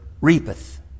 reapeth